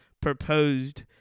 proposed